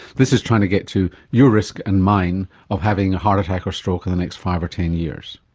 this is trying to get to your risk and mine of having a heart attack or stroke in the next five or ten years.